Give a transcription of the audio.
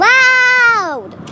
Loud